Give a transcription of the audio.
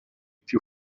più